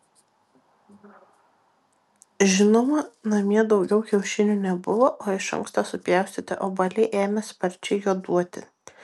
žinoma namie daugiau kiaušinių nebuvo o iš anksto supjaustyti obuoliai ėmė sparčiai juoduoti